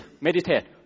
meditate